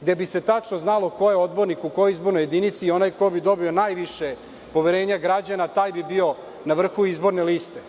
gde bi se tačno znalo ko je odbornik u kojoj izbornoj jedinici i onaj ko bi dobio najviše poverenja građana, taj bi bio na vrhu izborne liste.